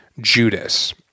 Judas